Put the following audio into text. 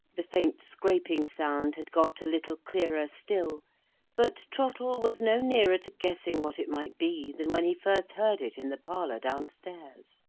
the faint scraping sound had got a little clearer still but trottle was no nearer to guessing what it might be, than when he first heard it in the parlour downstairs.